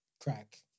Crack